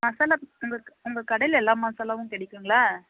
மசாலா உங்கள் உங்கள் கடையில் எல்லா மசாலாவும் கிடைக்குங்களா